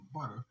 butter